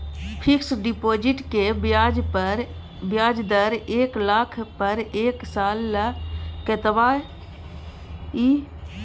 Fixed deposit के ब्याज दर एक लाख पर एक साल ल कतबा इ?